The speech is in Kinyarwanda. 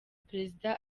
perezida